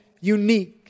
unique